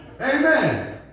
Amen